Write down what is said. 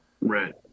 Right